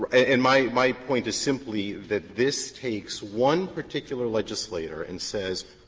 and my my point is simply that this takes one particular legislator and says,